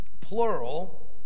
plural